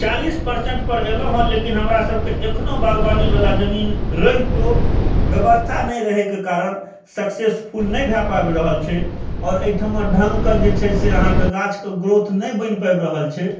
चालीस परसेन्टपर अयल हुँ हँ लेकिन हमरा सभके एखनो बागवानीवला जमीन रहितो व्यवस्था नहि रहै के कारण सक्सेसफुल नहि भए पाबि रहल छै आओर अहिठमा ढङ्गके जे छै से अहाँके गाछके ग्रोथ नहि बनि पाबि रहल छै